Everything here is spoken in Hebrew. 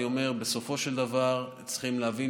אני אומר בסופו של דבר הם צריכים להבין